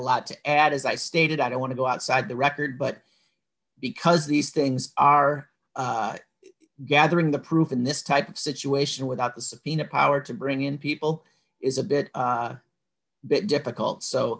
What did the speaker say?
lot to add as i stated i don't want to go outside the record but because these things are gathering the proof in this type of situation without the subpoena power to bring in people is a bit difficult